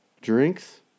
drinks